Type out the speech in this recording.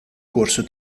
corso